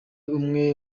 umwe